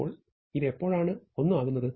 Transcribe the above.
അപ്പോൾ ഇത് എപ്പോഴാണ് 1 ആകുന്നത്